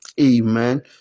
Amen